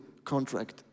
contract